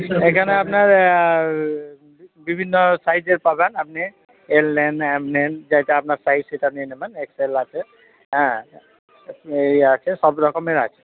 এখানে আপনার বিভিন্ন সাইজের পাবেন আপনি এল নিন এম নিন যেটা আপনার সাইজ সেটা নিয়ে নেবেন এক্সএল আছে হ্যাঁ আছে সব রকমের আছে